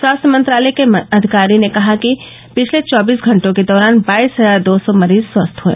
स्वास्थ्य मंत्रालय के अधिकारी ने कहा कि पिछले चौबीस घंटों के दौरान बाईस हजार दो सौ मरीज स्वस्थ हए